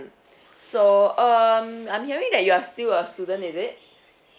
so um I'm hearing that you are still a student is it